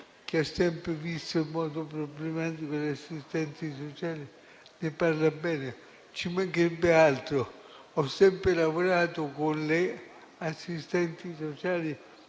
che ha sempre visto in modo problematico gli assistenti sociali, ne parla bene. Ci mancherebbe altro: io ho sempre lavorato con le assistenti sociali